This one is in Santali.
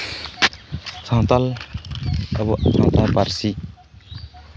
ᱥᱟᱱᱛᱟᱲ ᱟᱵᱚᱣᱟᱜ ᱥᱟᱱᱛᱟᱲᱤ ᱯᱟᱹᱨᱥᱤ